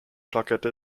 plakette